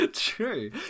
True